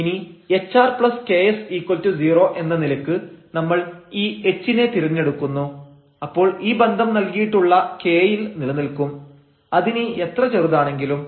ഇനി hrks0 എന്ന നിലക്ക് നമ്മൾ ഈ h നെ തിരഞ്ഞെടുക്കുന്നു അപ്പോൾ ഈ ബന്ധം നൽകിയിട്ടുള്ള k യിൽ നിലനിൽക്കും അതിനി എത്ര ചെറുതാണെങ്കിലും